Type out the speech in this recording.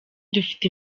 dufite